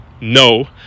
no